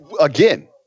again